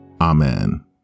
amen